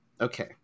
Okay